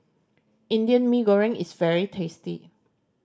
Indian Mee Goreng is very tasty